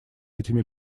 этими